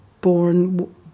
born